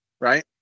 Right